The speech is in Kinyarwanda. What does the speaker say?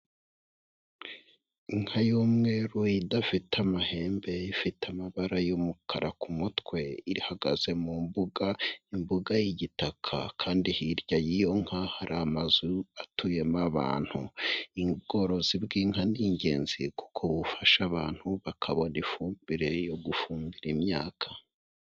Inka y'umweru idafite amahembe ifite amabara y'umukara ku mutwe, ihagaze mu mbuga y'igitaka kandi hirya y'iyo nka hari amazu atuyemo abantu ubworozi bw'inka ni ingenzi kuko bufasha abantu bakabona ifumbire yo gufumbira imyaka.